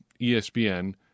ESPN